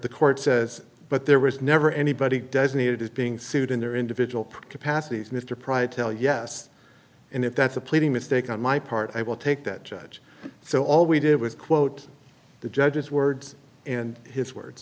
the court says but there was never anybody does need it is being sued in their individual capacities mr pryor tell yes and if that's a pleading mistake on my part i will take that judge so all we did was quote the judge's words and his words